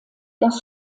das